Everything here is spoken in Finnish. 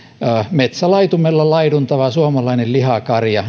metsälaitumella laiduntava suomalainen lihakarja